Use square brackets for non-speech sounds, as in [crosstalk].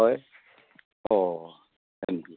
হয় অ' [unintelligible]